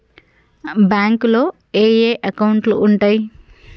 బ్యాంకులో ఏయే అకౌంట్లు ఉంటయ్?